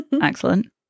Excellent